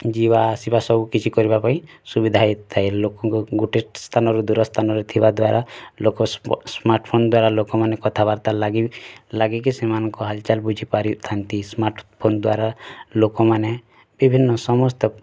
ଯିବା ଆସିବା ସବୁକିଛି କରିବାପାଇଁ ସୁବିଧା ହୋଇଥାଏ ଲୋକଙ୍କ ଗୋଟେ ସ୍ଥାନରୁ ଦୂର ସ୍ଥାନରେ ଥିବା ଦ୍ୱାରା ଲୋକ ସ୍ମାର୍ଟଫୋନ ଦ୍ୱାରା ଲୋକମାନେ କଥାବାର୍ତ୍ତାର ଲାଗି ଲାଗିକି ସେମାନଙ୍କ ହାଲଚାଲ୍ ବୁଝିପାରିଥାନ୍ତି ସ୍ମାର୍ଟଫୋନ ଦ୍ୱାରା ଲୋକମାନେ ବିଭିନ୍ନ ସମସ୍ତ